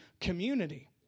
community